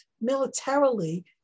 militarily